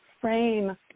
frame